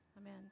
Amen